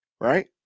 right